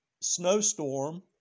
snowstorm